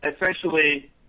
essentially